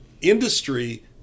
industry